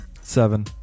Seven